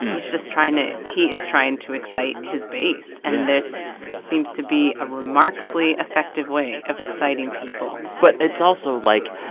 he's just trying to he is trying to excite his base yeah and this seems to be a remarkably effective way of exciting people but it's also, like,